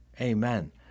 Amen